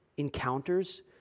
encounters